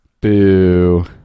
Boo